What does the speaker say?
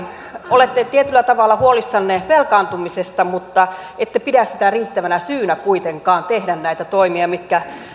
olette tietyllä tavalla huolissanne velkaantumisesta mutta ette pidä sitä riittävänä syynä kuitenkaan tehdä näitä toimia mitkä